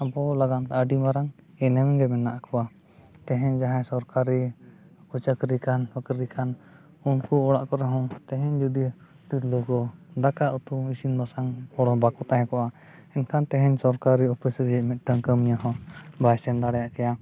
ᱟᱵᱚ ᱞᱟᱹᱜᱤᱫ ᱟᱹᱰᱤ ᱢᱟᱨᱟᱝ ᱮᱱᱮᱢᱜᱮ ᱢᱮᱱᱟᱜ ᱠᱚᱣᱟ ᱛᱮᱦᱮᱧ ᱡᱟᱦᱟᱸ ᱥᱚᱨᱠᱟᱨᱤ ᱨᱮᱠᱚ ᱪᱟᱹᱠᱨᱤ ᱠᱟᱱ ᱱᱩᱠᱨᱤ ᱠᱟᱱ ᱩᱱᱠᱩ ᱚᱲᱟᱜ ᱠᱚᱨᱮᱦᱚᱸ ᱛᱮᱦᱮᱧ ᱡᱩᱫᱤ ᱛᱤᱨᱞᱟᱹ ᱠᱚ ᱫᱟᱠᱟ ᱩᱛᱩ ᱤᱥᱤᱱ ᱵᱟᱥᱟᱝ ᱦᱚᱲ ᱦᱚᱸ ᱵᱟᱠᱚ ᱛᱟᱦᱮᱸ ᱠᱚᱜᱼᱟ ᱮᱱᱠᱷᱟᱱ ᱛᱮᱦᱮᱧ ᱥᱚᱨᱠᱟᱨᱤ ᱚᱯᱷᱤᱥ ᱨᱤᱱᱤᱡᱽ ᱢᱤᱫᱴᱟᱝ ᱠᱟᱹᱢᱤᱭᱟᱹ ᱦᱚᱸ ᱵᱟᱭ ᱥᱮᱱ ᱫᱟᱲᱮᱭᱟᱜ ᱠᱮᱭᱟ